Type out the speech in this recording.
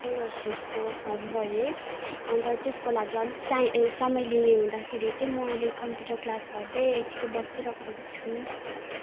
air होस्टेजको फारमम भरेँ अन्त त्यसको लागि अलिक सा ए समय लिने हुँदाखेरि चै मो अहिले कम्प्युटर क्लास गर्दै एतिकै बसिरको छु